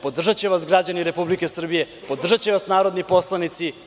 Podržaće vas građani Republike Srbije, podržaće vas narodni poslanici.